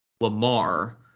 lamar